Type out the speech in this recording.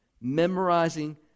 memorizing